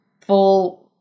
full